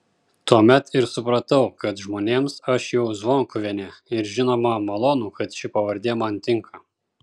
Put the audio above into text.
tuomet ir supratau kad žmonėms aš jau zvonkuvienė ir žinoma malonu kad ši pavardė man tinka